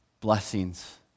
Blessings